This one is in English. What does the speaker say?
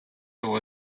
over